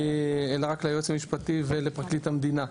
אלא רק ליועץ המשפטי ולפרקליט המדינה.